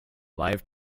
live